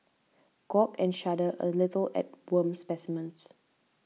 gawk and shudder a little at worm specimens